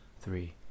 three